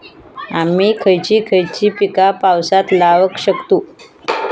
आम्ही खयची खयची पीका पावसात लावक शकतु?